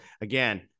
again